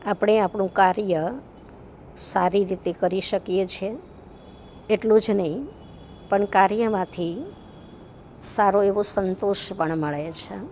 આપણે આપણું કાર્ય સારી રીતે કરી શકીએ છે એટલું જ નહીં પણ કાર્યમાંથી સારો એવો સંતોષ પણ મળે છે